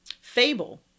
Fable